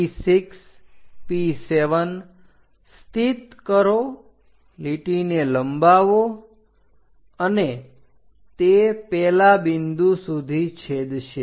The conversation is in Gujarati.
P6 P7 સ્થિત કરો લીટીને લંબાવો અને તે પેલા બિંદુ સુધી છેદશે